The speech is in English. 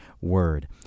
word